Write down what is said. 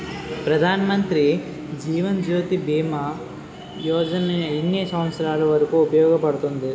ప్రధాన్ మంత్రి జీవన్ జ్యోతి భీమా యోజన ఎన్ని సంవత్సారాలు వరకు ఉపయోగపడుతుంది?